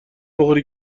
بخوری